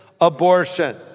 abortion